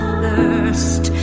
thirst